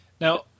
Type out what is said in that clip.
Now